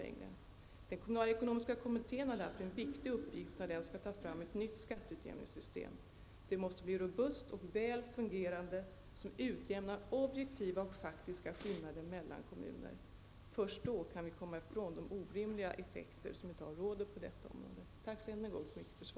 Den kommunalekonomiska kommittén har därför en viktig uppgift när den skall ta fram ett nytt skatteutjämningssystem. Det måste bli robust och väl fungerande, som utjämnar objektiva och faktiska skillnader mellan kommuner -- först då kan vi komma ifrån de orimliga effekterna på detta område. Tack än en gång så mycket för svaret.